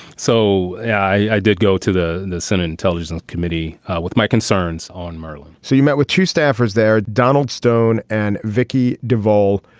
so i did go to the the senate intelligence committee with my concerns on merlin so you met with two staffers there. donald stone and vicki devol,